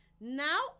Now